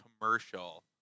commercial